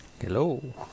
Hello